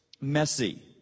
messy